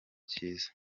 cyiza